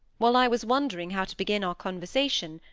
while i was wondering how to begin our conversation,